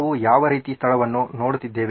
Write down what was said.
ನಾವು ಯಾವ ರೀತಿಯ ಸ್ಥಳವನ್ನು ನೋಡುತ್ತಿದ್ದೇವೆ